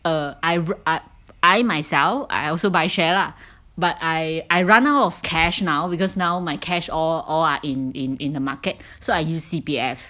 err I I myself I also buy share lah but I I run out of cash now because now my cash all all are in in in the market so I use C_P_F